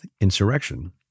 insurrection